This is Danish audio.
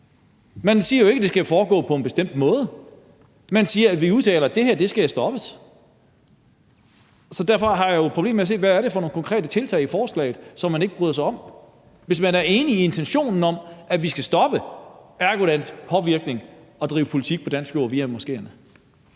Man siger ikke, at det skal foregå på en bestemt måde; man siger, at det her skal stoppes. Derfor har jeg jo et problem med at se, hvad det er for nogle konkrete tiltag i forslaget, som man ikke bryder sig om, hvis man er enig i intentionen om, at vi skal stoppe Erdogans påvirkning i form af at drive politik på dansk jord via moskéerne.